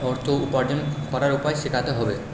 অর্থ উপার্জন করার উপায় শেখাতে হবে